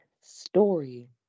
story